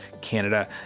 Canada